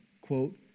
quote